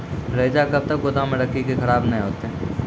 रईचा कब तक गोदाम मे रखी है की खराब नहीं होता?